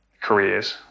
careers